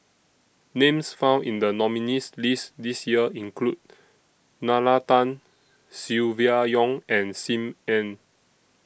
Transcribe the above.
Names found in The nominees' list This Year include Nalla Tan Silvia Yong and SIM Ann